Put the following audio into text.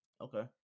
okay